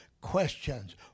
questions